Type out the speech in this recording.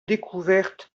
découverte